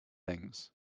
things